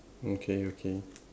okay okay